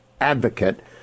advocate